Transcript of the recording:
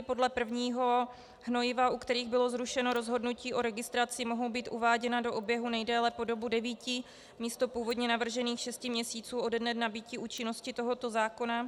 Podle prvního hnojiva, u kterého bylo zrušeno rozhodnutí registraci, mohou být uváděna do oběhu nejdéle po dobu devíti místo původně navržených šesti měsíců ode dne nabytí účinnosti tohoto zákona.